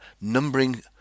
numbering